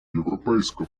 європейська